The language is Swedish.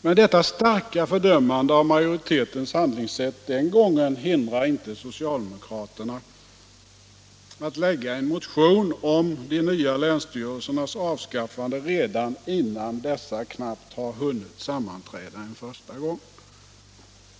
Men detta starka fördömande av majoritetens handlingssätt den gången har inte hindrat socialdemokraterna från att väcka en motion om de nya länsstyrelsernas avskaffande redan innan dessa knappt hunnit sammanträda en första gång.